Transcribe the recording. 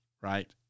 Right